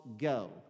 Go